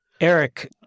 Eric